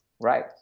right